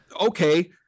okay